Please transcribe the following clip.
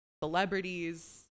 Celebrities